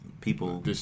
people